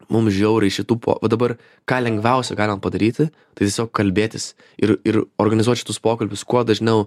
mums žiauriai šitų po o dabar ką lengviausia galima padaryti tai tiesiog kalbėtis ir ir organizuoti šitus pokalbius kuo dažniau